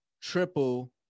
triple